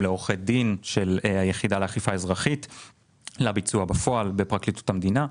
לעורכי דין של היחידה לאכיפה אזרחית לביצוע בפועל בפרקליטות המדינה,